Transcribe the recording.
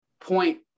point